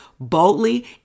Boldly